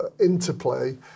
interplay